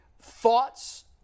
Thoughts